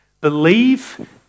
Believe